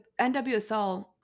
NWSL